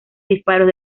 disparos